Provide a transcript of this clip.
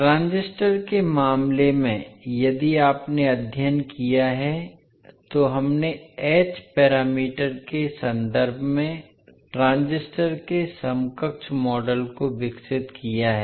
transistor के मामले में यदि आपने अध्ययन किया है तो हमने एच पैरामीटर के संदर्भ में ट्रांजिस्टर के समकक्ष मॉडल को विकसित किया है